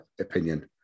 opinion